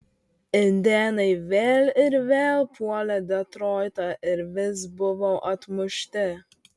indėnai vėl ir vėl puolė detroitą ir vis buvo atmušti